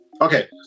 okay